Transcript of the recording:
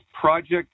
project